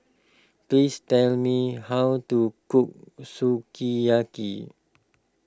please tell me how to cook Sukiyaki